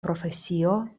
profesio